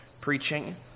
preaching